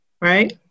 right